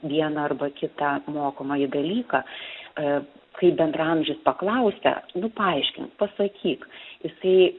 vieną arba kitą mokomąjį dalyką kai bendraamžis paklausia nu paaiškink pasakyk jisai